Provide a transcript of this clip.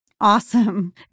Awesome